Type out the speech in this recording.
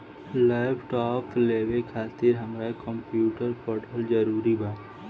Laptop लेवे खातिर हमरा कम्प्युटर पढ़ल जरूरी बा?